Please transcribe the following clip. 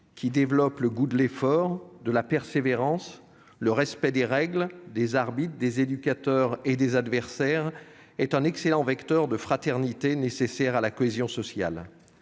qui développe le goût de l'effort, de la persévérance, le respect des règles, des arbitres, des éducateurs et des adversaires, est un excellent vecteur de fraternité, nécessaire à la cohésion sociale.